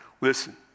Listen